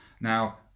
now